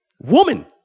woman